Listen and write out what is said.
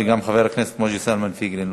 וגם חבר הכנסת משה זלמן פייגלין,